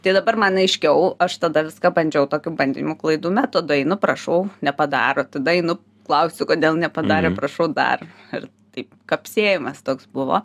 tai dabar man aiškiau aš tada viską bandžiau tokiu bandymų klaidų metodu einu prašau nepadaro tada einu klausiu kodėl nepadarė prašau dar ir taip kapsėjimas toks buvo